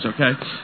okay